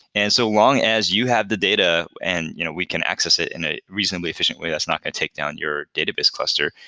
and so long as you have the data and you know we can access it in a reasonably efficient way that's not going to take down your database cluster,